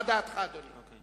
מה דעתך, אדוני?